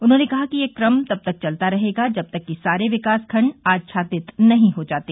उन्होंने कहा कि यह क्रम तब तक चलता रहेगा जब तक कि सारे विकासखंड आच्छादित नहीं हो जाते